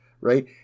right